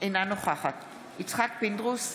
אינה נוכחת יצחק פינדרוס,